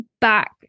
back